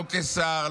לא כשר,